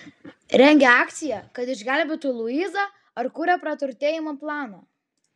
rengia akciją kad išgelbėtų luizą ar kuria praturtėjimo planą